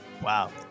Wow